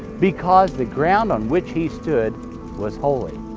because the ground on which he stood was holy.